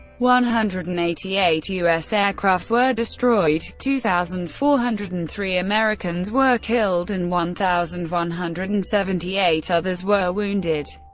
one hundred and eighty eight u s. aircraft were destroyed two thousand four hundred and three americans were killed and one thousand one hundred and seventy eight others were wounded.